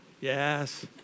Yes